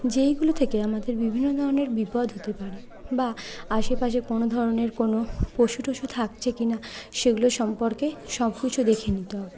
যেইগুলো থেকে আমাদের বিভিন্ন ধরনের বিপদ হতে পারে বা আশেপাশে কোনো ধরনের কোনো পশু টশু থাকছে কিনা সেগুলো সম্পর্কে সব কিছু দেখে নিতে হবে